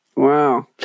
Wow